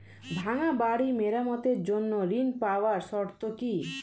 ভাঙ্গা বাড়ি মেরামতের জন্য ঋণ পাওয়ার শর্ত কি?